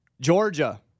Georgia